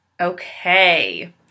Okay